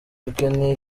dukeneye